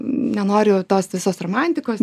nenoriu tos visos romantikos